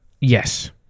yes